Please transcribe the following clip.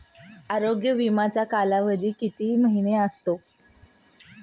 आरोग्य विमाचा कालावधी किती महिने असतो?